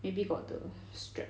maybe got the strap